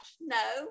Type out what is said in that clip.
No